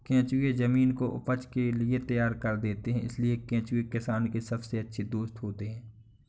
केंचुए जमीन को उपज के लिए तैयार कर देते हैं इसलिए केंचुए किसान के सबसे अच्छे दोस्त होते हैं